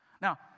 Now